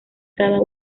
cada